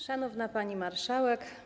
Szanowna Pani Marszałek!